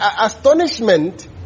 astonishment